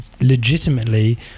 legitimately